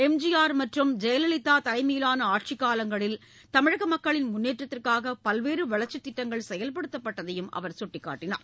எம்ஜிஆர் மற்றும் ஜெயலலிதா தலைமையிலாள ஆட்சிக் காலங்களில் தமிழக மக்களின் முன்னேற்றத்திற்காக பல்வேறு வளர்ச்சித் திட்டங்கள் செயல்படுத்தப்பட்டதாகவும் அவர் சுட்டிக்காட்டினார்